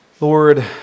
Lord